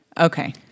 Okay